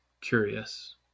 curious